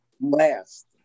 last